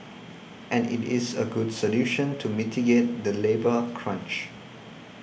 and it is a good solution to mitigate the labour crunch